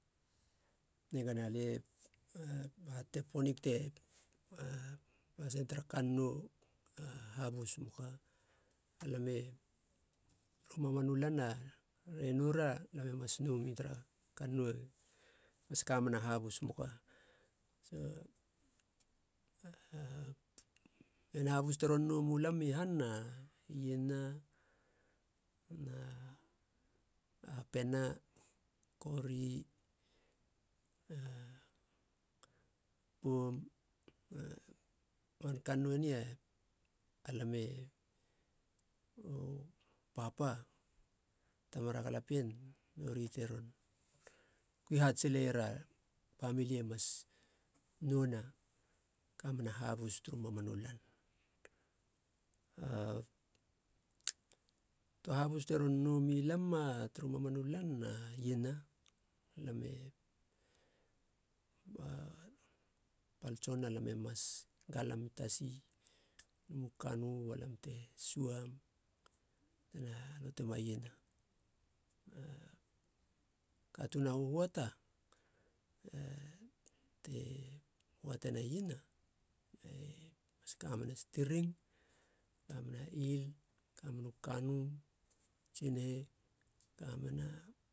Nigana alie hahatete ponig te pasin tara kann nou na habus moka? Alame, u mamanu lan a re noura. lam e mas noumia tara kann nou e mas kamena habus moka. ken habus te nou mi lam i han, a iena na apena, kori na poum na man kann nou eni, alam e u papa, tamara galapien te ron kui hat sileiera pamilie mas nouna, kamena habus turu mamanu lan. A töa habus te nou milam turu mamanu lan, a iena, lam e a pal tson e mas galam tasi, lumu kanu balam te suam, batena lotema iena. katuun a huhuata te hiatena iena mas kamena stiring kamena il, kamena u kanu, tsinihi, kamena